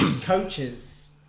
Coaches